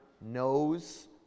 knows